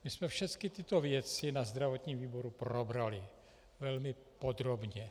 My jsme všechny tyto věci na zdravotním výboru probrali velmi podrobně.